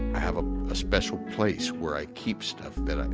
have a ah special place where i keep stuff that